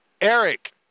Eric